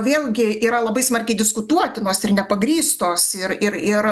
vėlgi yra labai smarkiai diskutuotinos ir nepagrįstos ir ir ir